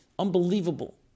Unbelievable